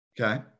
Okay